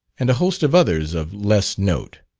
and a host of others of less note.